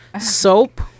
Soap